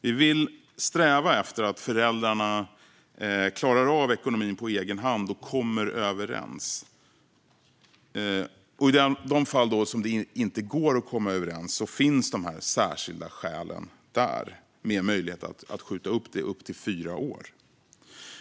Vi vill sträva efter att föräldrarna klarar av ekonomin på egen hand och kommer överens. I de fall det inte går att komma överens finns de särskilda skälen där, med möjlighet att skjuta upp detta upp till fyra år.